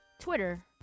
Twitter